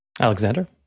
Alexander